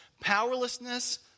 powerlessness